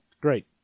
Great